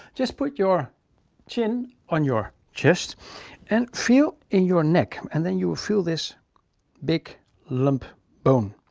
just put your chin on your chest and feel in your neck. and then you will feel this big lumpy bone.